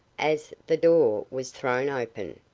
as the door was thrown open,